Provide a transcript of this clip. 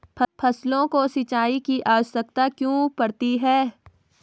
फसलों को सिंचाई की आवश्यकता क्यों पड़ती है?